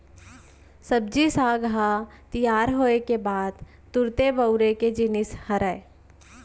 सब्जी साग ह तियार होए के बाद तुरते बउरे के जिनिस हरय